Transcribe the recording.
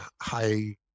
high